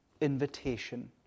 invitation